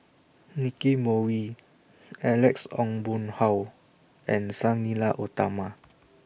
Nicky Moey Alex Ong Boon Hau and Sang Nila Utama